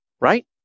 right